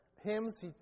Hymns